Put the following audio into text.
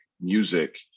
music